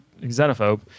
xenophobe